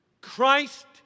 Christ